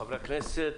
לחברי הכנסת,